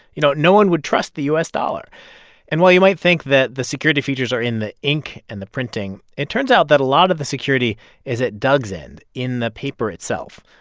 you know, no one would trust the u s. dollar and while you might think that the security features are in the ink and the printing, it turns out that a lot of the security is at doug's end, in the paper itself.